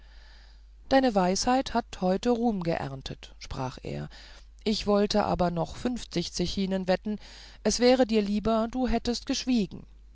deine weisheit hat heute ruhm geerntet sprach er ich wollte aber noch fünfzig zechinen wetten es wäre dir lieber du hättest geschwiegen